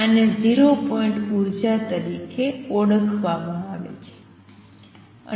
આને 0 પોઇન્ટ ઉર્જા તરીકે ઓળખવામાં આવે છે